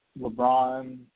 LeBron